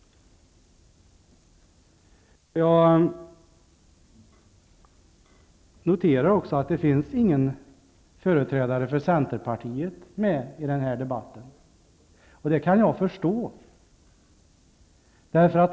Jag noterar att ingen företrädare för Centerpartiet är med i den här debatten. Det kan jag förstå.